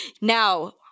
Now